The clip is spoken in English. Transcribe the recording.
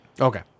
Okay